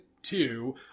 Two